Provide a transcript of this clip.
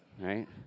right